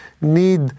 need